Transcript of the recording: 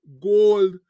gold